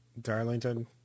Darlington